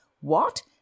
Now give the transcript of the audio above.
What